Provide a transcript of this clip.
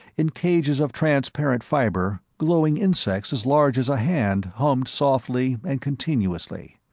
in cages of transparent fibre, glowing insects as large as a hand hummed softly and continuously.